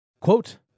Quote